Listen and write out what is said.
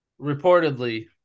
reportedly